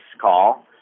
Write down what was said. call